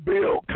Bill